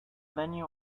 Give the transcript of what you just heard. venue